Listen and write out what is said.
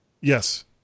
Yes